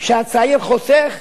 שהצעיר חוסך,